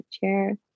chair